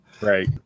right